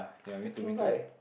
it's freaking light